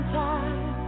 time